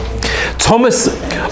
Thomas